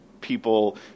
people